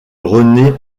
renée